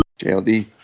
JLD